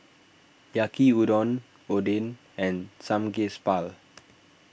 Yaki Udon Oden and Samgyeopsal